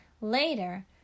Later